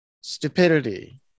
stupidity